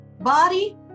Body